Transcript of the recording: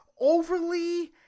overly